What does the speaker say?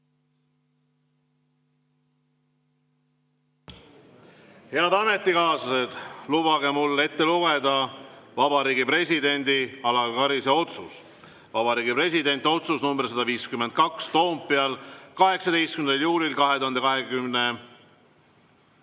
Head ametikaaslased, lubage mul ette lugeda Vabariigi Presidendi Alar Karise otsus. Vabariigi Presidendi otsus nr 152, Toompeal 18. juulil 2022.